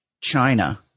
China